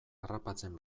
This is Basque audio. harrapatzen